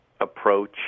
approach